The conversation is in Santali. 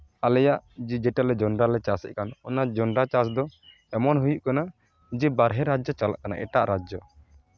ᱟᱞᱮᱭᱟ ᱡᱮᱴᱟ ᱡᱚᱱᱰᱨᱟ ᱞᱮ ᱪᱟᱥ ᱮᱫ ᱠᱟᱱ ᱚᱱᱟ ᱡᱚᱱᱰᱨᱟ ᱪᱟᱥ ᱫᱚ ᱮᱢᱚᱱ ᱦᱩᱭᱩᱜ ᱠᱟᱱᱟ ᱡᱮ ᱵᱟᱦᱨᱮ ᱨᱟᱡᱡᱚ ᱪᱟᱞᱟᱜ ᱠᱟᱱᱟ ᱮᱴᱟᱜ ᱨᱟᱡᱡᱚ